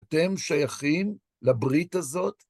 אתם שייכים לברית הזאת?